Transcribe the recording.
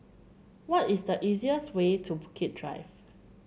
what is the easiest way to Bukit Drive